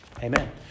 Amen